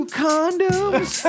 condoms